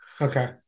Okay